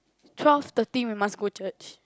twelve thirty we must go church